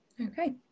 Okay